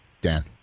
Dan